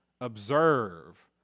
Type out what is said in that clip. observe